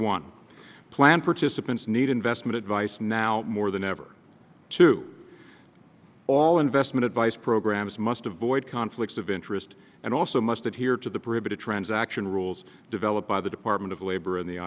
one plan participants need investment advice now more than ever to all investment advice programs must avoid conflicts of interest and also must adhere to the primitive transaction rules developed by the department of labor and the